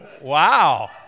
Wow